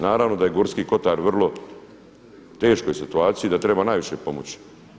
Naravno da je Gorski Kotar u vrlo teškoj situaciji i da treba najviše pomoći.